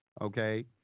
okay